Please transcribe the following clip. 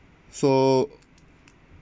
so